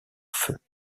feu